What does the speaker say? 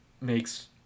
makes